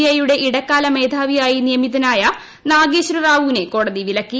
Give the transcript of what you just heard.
ഐയുടെ ഇടക്കാലമേധാവിയായി നിയമിതനായ നഗേശ്വരറാവുവിനെ കോടതി വിലക്കി